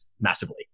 massively